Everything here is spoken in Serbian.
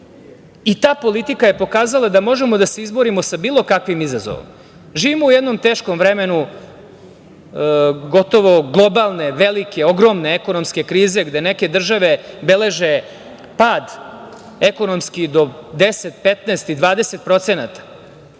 i ta politika je pokazala da možemo da se izborimo sa bilo kakvim izazovom. Živimo u jednom teškom vremenu, gotovo globalne, velike, ogromne ekonomske krize gde neke države beleže pad ekonomski do 10, 15 i 20%, a